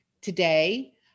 Today